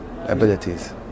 abilities